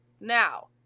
Now